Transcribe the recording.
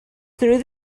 through